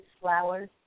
flowers